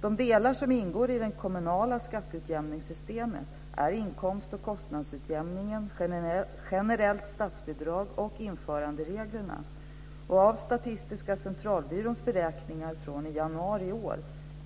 De delar som ingår i det kommunala skatteutjämningssystemet är inkomst och kostnadsutjämning, generellt statsbidrag och införanderegler. Av Statistiska centralbyråns beräkningar från januari i år